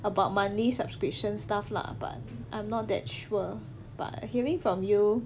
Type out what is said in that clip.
about monthly subscription stuff lah but I'm not that sure but hearing from you